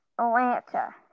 Atlanta